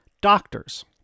doctors